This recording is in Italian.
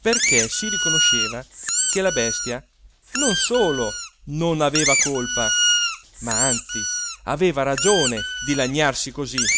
perché si riconosceva che la bestia non solo non aveva colpa ma anzi aveva ragione di lagnarsi così